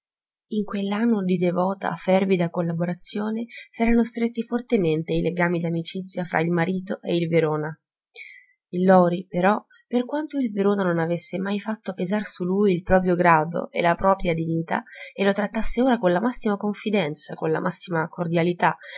in quell'anno di devota fervida collaborazione s'erano stretti fortemente i legami d'amicizia fra il marito e il verona il lori però per quanto il verona non avesse mai fatto pesar su lui il proprio grado e la propria dignità e lo trattasse ora con la massima confidenza con la massima cordialità